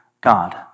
God